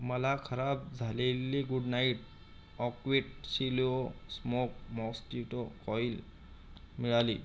मला खराब झालेली गुड नाइट ऑक्वीटची लो स्मोक मॉस्क्युटो कॉइल मिळाली